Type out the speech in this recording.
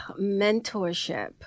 Mentorship